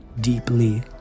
deeply